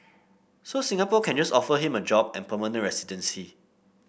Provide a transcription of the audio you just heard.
so Singapore can just offer him a job and permanent residency